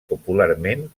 popularment